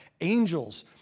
angels